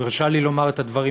הוא הרשה לי לומר את הדברים,